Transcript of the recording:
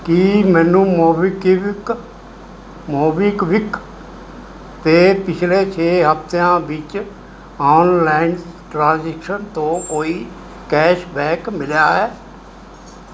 ਕੀ ਮੈਨੂੰ MobiKwik MobiKwik 'ਤੇ ਪਿਛਲੇ ਛੇ ਹਫ਼ਤਿਆਂ ਵਿੱਚ ਔਨਲਾਈਨ ਟ੍ਰਾਂਜ਼ੈਕਸ਼ਨ ਤੋਂ ਕੋਈ ਕੈਸ਼ ਬੈਕ ਮਿਲਿਆ ਹੈ